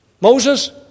Moses